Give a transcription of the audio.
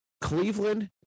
Cleveland